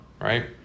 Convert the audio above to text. right